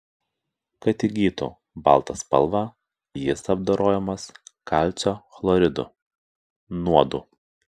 kad įgytų baltą spalvą jis apdorojamas kalcio chloridu nuodu